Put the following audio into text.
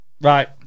Right